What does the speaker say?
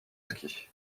ski